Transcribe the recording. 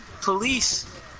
police